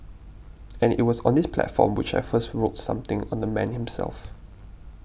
and it was on this platform which I first wrote something on the man himself